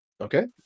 Okay